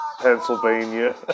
Pennsylvania